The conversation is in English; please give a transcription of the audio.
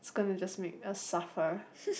is gonna just make us suffer